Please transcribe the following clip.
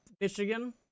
Michigan